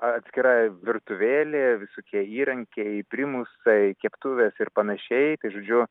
atskira virtuvėlė visokie įrankiai primusai keptuvės ir panašiai tai žodžiu